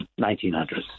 1900s